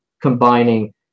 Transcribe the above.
combining